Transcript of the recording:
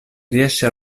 riesce